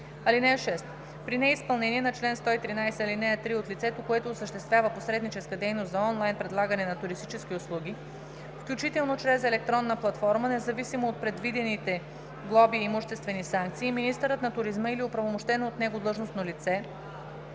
231. (6) При неизпълнение на чл. 113, ал. 3 от лицето, което осъществява посредническа дейност за онлайн предлагане на туристически услуги, включително чрез електронна платформа, независимо от предвидените глоби и имуществени санкции, министърът на туризма или оправомощено от него длъжностно лице